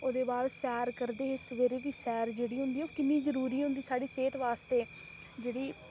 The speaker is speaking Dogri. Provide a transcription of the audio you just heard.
ओह्दे बाद सैर करदे हे सवेरे दी सैर जेह्ड़ी होंदी ऐ ओह् किन्नी जरूरी होंदी साढ़ी सेह्त वास्तै जेह्ड़ी